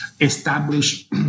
establish